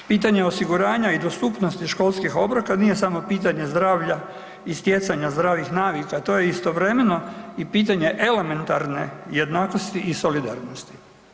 Pitanje osiguranja i dostupnosti školskih obroka nije samo pitanje zdravlja i stjecanja zdravih navika, to je istovremeno i pitanje elementarne jednakosti i solidarnosti.